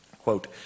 Quote